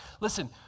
Listen